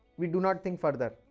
we do not think further.